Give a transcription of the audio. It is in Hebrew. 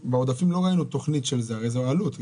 בעודפים לא ראינו תוכנית של זה, הרי זה עלות.